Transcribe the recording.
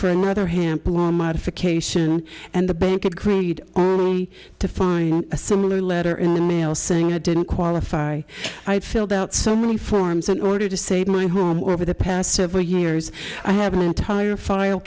for another hamp loan modification and the bank agreed to find a similar letter in the mail saying i didn't qualify i filled out some reforms in order to save my home over the past several years i have an entire file